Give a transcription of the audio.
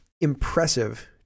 impressive